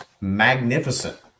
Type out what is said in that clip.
magnificent